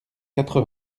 quatre